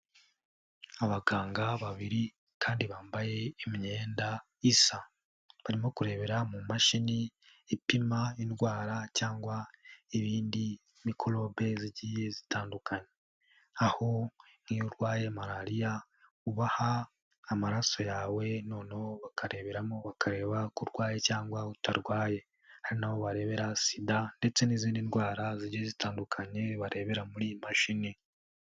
Abaganga babiri kandi bambaye imyenda isa, barimo kurebera mu mashini ipima indwara cyangwa ibindi mikorobe zigiye zitandukana, aho nk'iyo urwaye Malariya ubaha amaraso yawe noneho bakareberamo bakareba ko urwaye cyangwa utarwaye, hari n'aho barebera SIDA ndetse n'izindi ndwara ziri zitandukanye barebera muri iyi mashini.